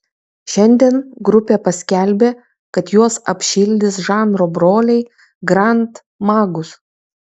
šiandien grupė paskelbė kad juos apšildys žanro broliai grand magus